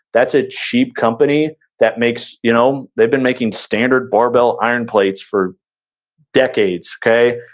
that's a cheap company that makes, you know they've been making standard barbell iron plates for decades, okay.